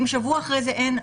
אם שבוע אחרי זה אין,